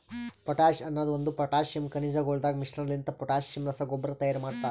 potash ಅನದ್ ಒಂದು potassium ಖನಿಜಗೊಳದಾಗ್ ಮಿಶ್ರಣಲಿಂತ ಪೊಟ್ಯಾಸಿಯಮ್ ರಸಗೊಬ್ಬರ ತೈಯಾರ್ ಮಾಡ್ತರ